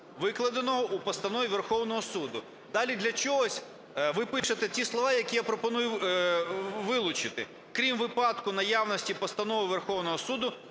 викладеного у постанові Верховного Суду". Далі для чогось ви пишете ті слова, які я пропоную вилучити: "крім випадку наявності Постанови Верховного Суду